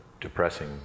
depressing